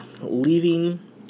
leaving